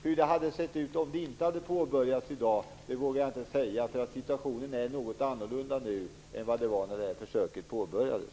Hur det hade sett ut i dag om det inte hade påbörjats vågar jag inte säga, för situationen är något annorlunda nu än vad den var när försöket påbörjades.